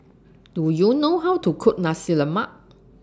Do YOU know How to Cook Nasi Lemak